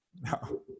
No